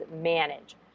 manage